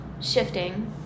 shifting